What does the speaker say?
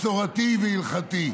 מסורתי והלכתי.